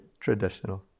traditional